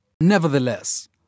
Nevertheless